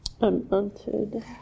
Unwanted